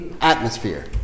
Atmosphere